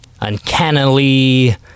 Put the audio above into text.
Uncannily